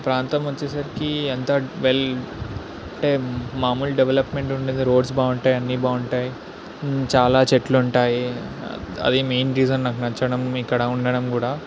ప్రాంతం వచ్చేసరికి ఎంత వెల్ అంటే మామూలు డెవలప్మెంట్ ఉంటుంది రోడ్స్ బాగుంటాయి అన్నీ బాగుంటాయి చాలా చెట్లు ఉంటాయి అవి మెయిన్ రీజన్ నాకు నచ్చడం ఇక్కడ ఉండడం కూడా